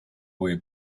way